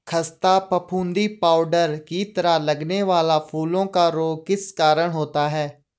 खस्ता फफूंदी पाउडर की तरह लगने वाला फूलों का रोग किस कारण होता है?